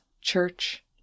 church